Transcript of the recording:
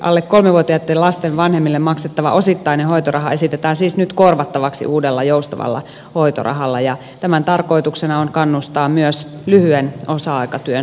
alle kolmevuotiaiden lasten vanhemmille maksettava osittainen hoitoraha esitetään siis nyt korvattavaksi uudella joustavalla hoitorahalla ja tämän tarkoituksena on kannustaa myös lyhyen osa aikatyön tekemiseen